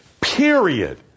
period